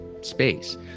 space